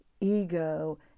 ego